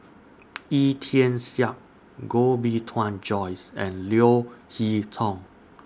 Wee Tian Siak Koh Bee Tuan Joyce and Leo Hee Tong